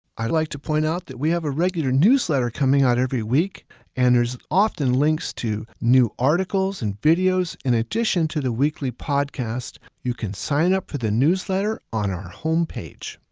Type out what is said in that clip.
i'd like to point out that we have a regular newsletter coming out every week and there's often links to new articles and videos, in addition to the weekly podcast. you can sign up for the newsletter on our homepage.